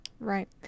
right